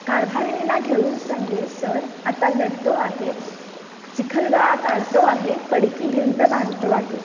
कारभारिणीला घेवून संघे सर आता लढतो आहे चिखल गाळ काढतो आहे पडकी भिंत बांधतो आहे